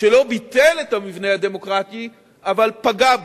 שלא ביטל את המבנה הדמוקרטי אבל פגע בו.